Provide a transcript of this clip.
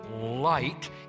light